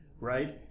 Right